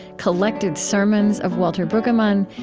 collected sermons of walter brueggemann,